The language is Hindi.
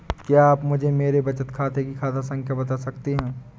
क्या आप मुझे मेरे बचत खाते की खाता संख्या बता सकते हैं?